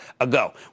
ago